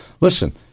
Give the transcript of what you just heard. listen